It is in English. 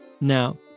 Now